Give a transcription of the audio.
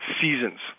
seasons